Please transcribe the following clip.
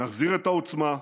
נחזיר את העוצמה,